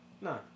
no